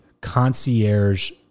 concierge